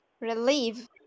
relieve